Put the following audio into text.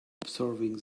observing